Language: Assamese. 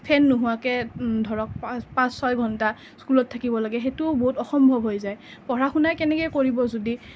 ফেন নোহোৱাকৈ ধৰক পাঁচ পাঁচ ছয় ঘণ্টা স্কুলত থাকিব লাগে সেইটোও বহুত অসম্ভৱ হৈ যায় পঢ়া শুনা কেনেকৈ কৰিব যদি